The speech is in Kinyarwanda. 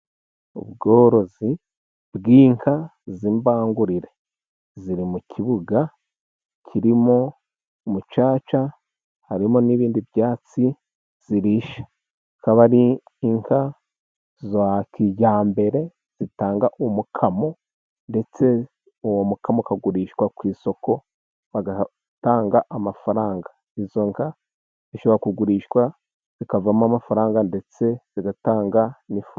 Ubworozi bw'inka z'imbangurire, ziri mu kibuga kirimo umucaca, harimo n'ibindi byatsi zirisha .Akaba ari inka za kijyambere zitanga umukamo ,ndetse uwo mukamo ukagurishwa ku isoko bagatanga amafaranga, izo nka zishobora kugurishwa zikavamo amafaranga, ndetse zigatanga n'ifumbire.